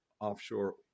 offshore